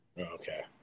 Okay